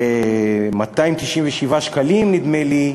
9,297 שקלים, נדמה לי,